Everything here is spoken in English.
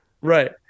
Right